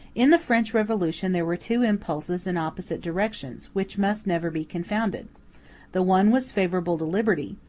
in the french revolution there were two impulses in opposite directions, which must never be confounded the one was favorable to liberty,